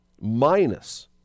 minus